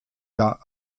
der